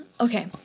Okay